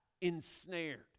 ensnared